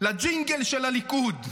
לג'ינגל של הליכוד,